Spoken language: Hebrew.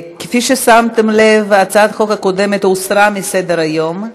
כפי ששמתם לב, הצעת החוק הקודמת הוסרה מסדר-היום.